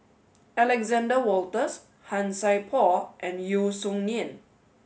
Alexander Wolters Han Sai Por and Yeo Song Nian